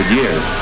years